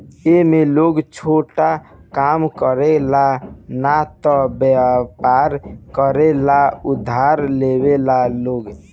ए में लोग छोटा काम करे ला न त वयपर करे ला उधार लेवेला लोग